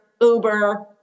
Uber